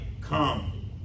come